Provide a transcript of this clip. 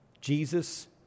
Jesus